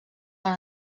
fan